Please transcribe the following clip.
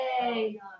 Yay